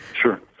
Sure